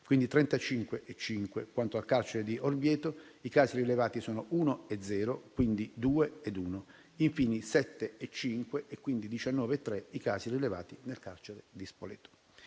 quindi 35 e 5; quanto al carcere di Orvieto, i casi rilevati sono 1 e zero, quindi 2 ed 1; infine, 7 e 5, quindi 19 e 3, i casi rilevati nel carcere di Spoleto.